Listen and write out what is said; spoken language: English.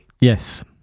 Yes